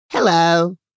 Hello